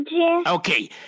Okay